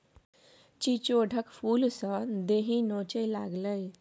चिचोढ़क फुलसँ देहि नोचय लागलै